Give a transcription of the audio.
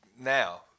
now